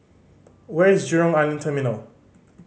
where is Jurong Island Terminal